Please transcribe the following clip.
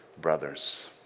brothers